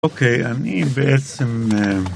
אוקיי, אני בעצם...